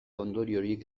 ondoriorik